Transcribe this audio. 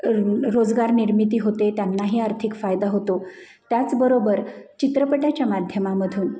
row रोजगार निर्मिती होते त्यांनाही आर्थिक फायदा होतो त्याचबरोबर चित्रपटाच्या माध्यमामधून